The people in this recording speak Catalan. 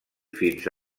fins